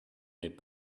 n’est